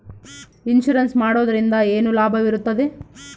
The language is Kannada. ಇನ್ಸೂರೆನ್ಸ್ ಮಾಡೋದ್ರಿಂದ ಏನು ಲಾಭವಿರುತ್ತದೆ?